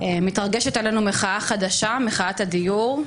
מתרגשת עלינו מחאה חדשה, מחאת הדיור.